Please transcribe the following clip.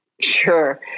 Sure